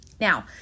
now